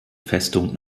festung